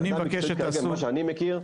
ממה שאני מכיר,